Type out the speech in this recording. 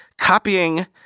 copying